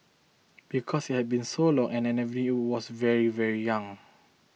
because it had been so long and I was very very young